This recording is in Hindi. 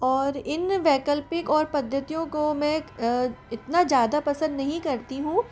और इन वैकल्पिक और पद्धतियों को मैं इतना ज़्यादा पसंद नहीं करती हूँ